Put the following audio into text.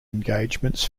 engagements